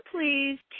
please